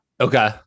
Okay